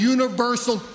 Universal